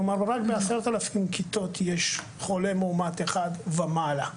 כלומר רק ב-10,000 כיתות יש חולה מאומת אחד ומעלה.